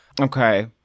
Okay